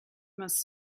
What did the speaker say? must